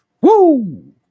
Woo